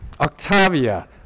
Octavia